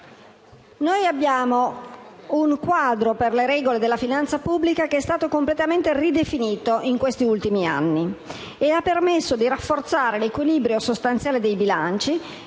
il nostro quadro per le regole della finanza pubblica è stato completamente ridefinito in questi ultimi anni e ha permesso di rafforzare l'equilibrio sostanziale dei bilanci